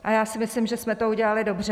A já si myslím, že jsme to udělali dobře.